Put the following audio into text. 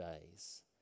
days